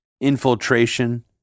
infiltration